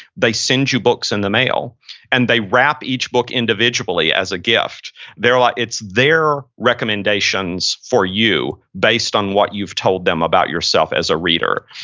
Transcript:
they send you books in the mail and they wrap each book individually as a gift like it's their recommendations for you based on what you've told them about yourself as a reader.